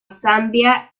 zambia